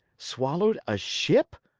swallowed a ship?